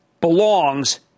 belongs